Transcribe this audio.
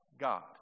God